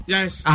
Yes